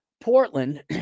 Portland